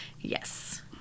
Yes